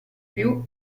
più